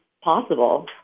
possible